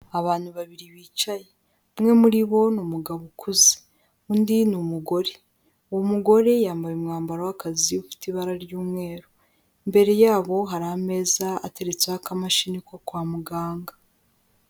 Abantu babiri bicaye umwe muri bo ni umugabo ukuze, undi ni umugore, uwo mugore yambaye umwambaro w'akazi ufite ibara ry'umweru, imbere yabo hari ameza ateretseho akamashini ko kwa muganga.